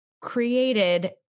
created